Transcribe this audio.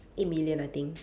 eight million I think